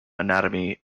anatomy